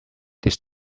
this